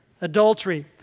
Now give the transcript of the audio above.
adultery